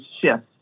shift